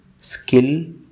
skill